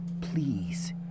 Please